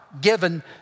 given